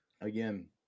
Again